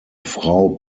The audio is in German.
frau